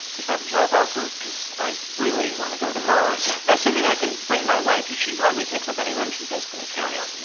is that a job offer? because i really want to go to mars. assuming i can bring my wife. she hardly takes up any room. she's basically a carry on.